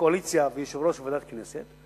הקואליציה ויושב-ראש ועדת הכנסת?